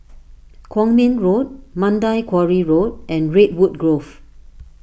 Kwong Min Road Mandai Quarry Road and Redwood Grove